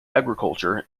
agriculture